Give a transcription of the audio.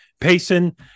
Payson